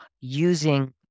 using